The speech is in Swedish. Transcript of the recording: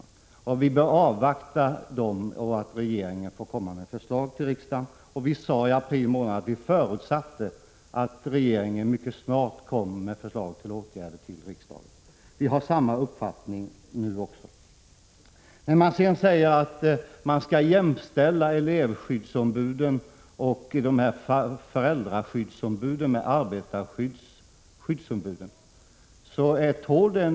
Vi bör alltså avvakta och vänta till dess regeringen kommer med förslag till riksdagen. Vi sade i april att vi förutsatte att regeringen mycket snart skulle komma med förslag om åtgärder till riksdagen. Vi har samma uppfattning nu. Att elevskyddsombud och föräldraskyddsombud skulle jämställas med skyddsombud på arbetsplatserna — det tål nog att utredas.